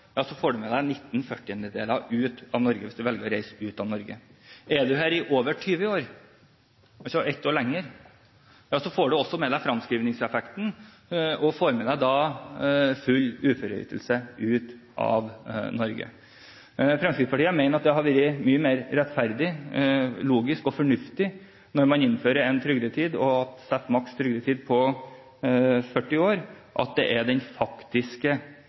får man med seg 19/40-deler ut av Norge, hvis man velger å reise ut av Norge. Er man her i over 20 år – altså ett år lenger – får man også med seg fremskrivningseffekten og full uføreytelse ut av Norge. Fremskrittspartiet mener at det hadde vært mye mer rettferdig, logisk og fornuftig når man innfører en trygdetid, å sette maks trygdetid på 40 år, og at det er den faktiske